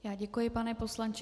Já děkuji, pane poslanče.